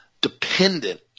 dependent